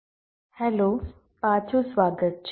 hello પાછું સ્વાગત છે